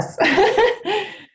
Yes